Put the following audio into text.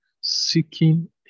seeking